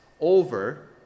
over